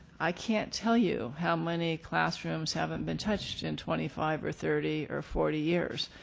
i can't tell you how many classrooms haven't been touched in twenty five or thirty or forty years.